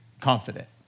confident